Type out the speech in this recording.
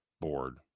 board